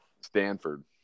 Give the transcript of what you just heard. Stanford